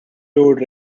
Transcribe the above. toured